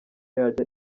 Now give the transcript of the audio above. yajya